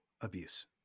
abuse